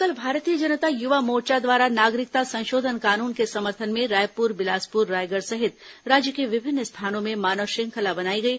वहीं कल भारतीय जनता युवा मोर्चा द्वारा नागरिकता संशोधन कानून के समर्थन में रायपुर बिलासपुर रायगढ़ सहित राज्य के विभिन्न स्थानों में मानव श्रृंखला बनाई गई